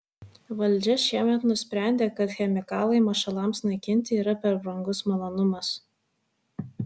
valdžia šiemet nusprendė kad chemikalai mašalams naikinti yra per brangus malonumas